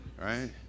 right